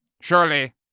Surely